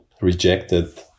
rejected